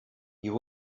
you